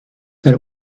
that